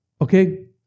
okay